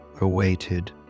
awaited